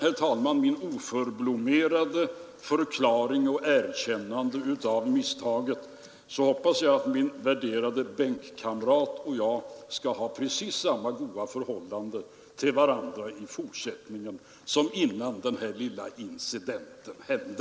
Efter mitt oförblommerade erkännande av misstaget hoppas jag att min värderade bänkkamrat och jag skall ha precis samma goda förhållande till varandra i fortsättningen som innan den här lilla incidenten hände.